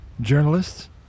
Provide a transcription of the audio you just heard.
journalists